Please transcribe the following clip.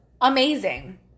amazing